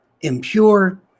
impure